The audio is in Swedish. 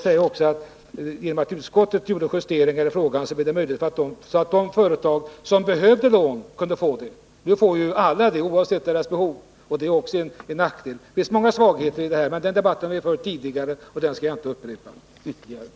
På grund av att utskottet gjorde justeringar blev det möjligt för de företag som behövde lån att få sådana. Alla får ju lån oavsett behovet, vilket också är en nackdel. Det finns många svagheter här, men debatten om dem har vi fört tidigare, och därför vill jag inte upprepa mina synpunkter.